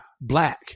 black